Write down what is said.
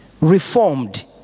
reformed